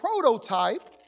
prototype